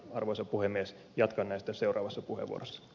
arvoisa puhemies jatkan näistä seuraavassa purevan as